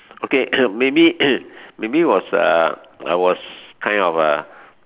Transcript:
okay maybe maybe was a I was kind of a